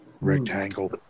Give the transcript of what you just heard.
Rectangle